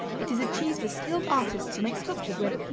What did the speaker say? it is a cheese for skilled artists to make sculptures with,